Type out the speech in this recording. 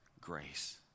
grace